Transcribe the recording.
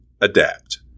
adapt